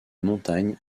montagne